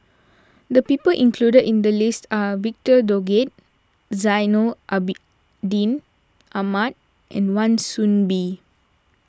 the people included in the list are Victor Doggett Zainal Abi Din Ahmad and Wan Soon Bee